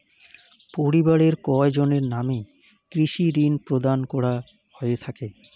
পরিবারের কয়জনের নামে কৃষি ঋণ প্রদান করা হয়ে থাকে?